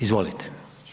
Izvolite.